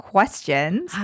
Questions